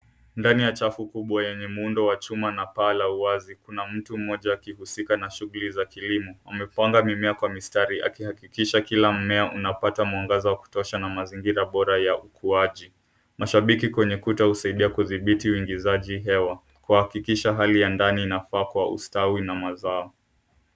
Ndani ya chafu kubwa yenye muundo wa chuma na paa la uwazi, kuna mtu mmoja akihusika na shughuli za kilimo. Amepanga mimea kwa mistari akihakikisha kila mmea unapata mwangaza wa kutosha na mazingira bora ya ukuaji. Mashabiki kwenye kuta husaidia kudhibiti uingizaji hewa, kuhakikisha hali ya ndani inafaa kwa ustawi na mazao.